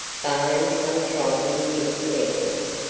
barring some trifling incidentals.